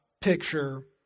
picture